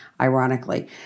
ironically